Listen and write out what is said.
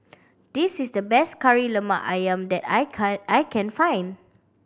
this is the best Kari Lemak Ayam that I I can find